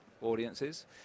audiences